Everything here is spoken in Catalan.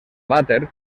vàter